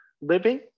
living